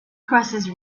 crosses